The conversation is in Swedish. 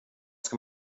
ska